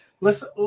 Listen